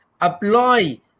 apply